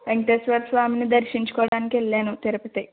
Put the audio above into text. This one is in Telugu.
వెంకటేశ్వరస్వామిని దర్శించుకోడానికి వెళ్ళాను తిరుపతి